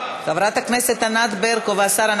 אנחנו